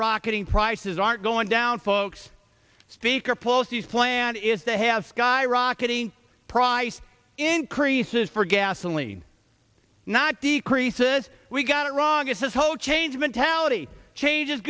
rocketing prices aren't going down folks speaker pelosi is plan is to have skyrocketing price increases for gasoline not decreases we got it wrong it's his whole change mentality change is